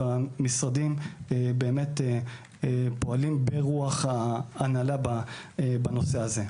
והמשרדים פועלים ברוח ההנהלה בנושא הזה.